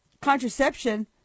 contraception